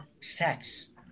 sex